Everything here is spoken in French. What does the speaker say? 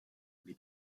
mais